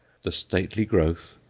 the stately growth,